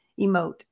emote